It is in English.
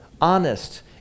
honest